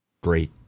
Great